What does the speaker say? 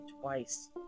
twice